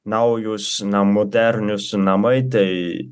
naujus na modernius namai tai